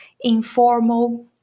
informal